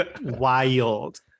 Wild